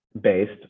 based